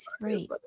right